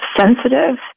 sensitive